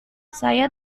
saya